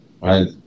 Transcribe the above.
Right